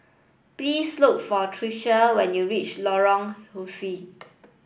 please look for Trisha when you reach Lorong